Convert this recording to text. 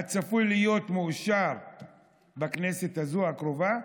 הצפוי להיות מאושר בכנסת הזו, הקרובה.